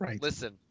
Listen